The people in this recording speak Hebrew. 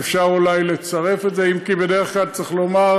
אפשר אולי לצרף את זה, אם כי בדרך כלל, צריך לומר,